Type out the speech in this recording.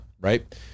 right